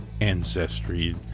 ancestry